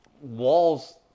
walls